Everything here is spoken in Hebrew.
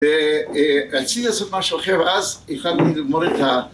רציתי לעשות משהו אחר אז הלכתי לגמור את ה...